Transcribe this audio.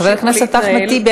חבר הכנסת אחמד טיבי,